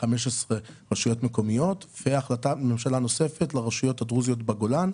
כ-15 רשויות מקומיות והחלטת ממשלה נוספת לרשויות הדרוזיות בגולן,